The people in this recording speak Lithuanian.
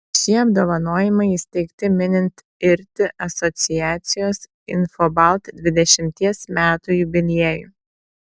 šie apdovanojimai įsteigti minint irti asociacijos infobalt dvidešimties metų jubiliejų